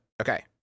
Okay